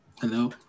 Hello